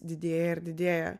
didėja ir didėja